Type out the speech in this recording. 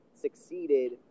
succeeded